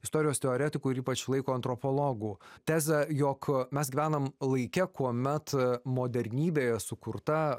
istorijos teoretikų ir ypač laiko antropologų tezę jog mes gyvenam laike kuomet modernybėje sukurta